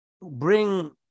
bring